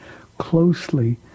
closely